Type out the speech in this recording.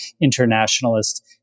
internationalist